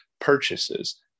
purchases